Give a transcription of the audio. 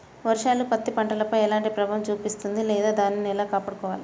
వర్షాలు పత్తి పంటపై ఎలాంటి ప్రభావం చూపిస్తుంద లేదా దానిని ఎలా కాపాడుకోవాలి?